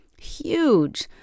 huge